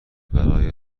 برای